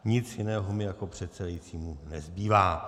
Nic jiného mi jako předsedajícímu nezbývá.